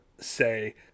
say